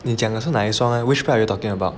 你讲的是哪一双 eh which pair are you talking about